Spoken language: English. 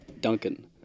duncan